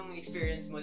experience